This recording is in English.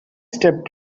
stepped